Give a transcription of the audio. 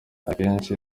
akenshi